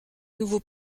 nouveaux